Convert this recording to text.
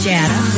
Jada